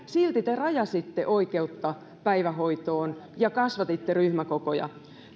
silti te rajasitte oikeutta päivähoitoon ja kasvatitte ryhmäkokoja